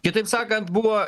kitaip sakant buvo